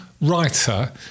writer